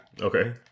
Okay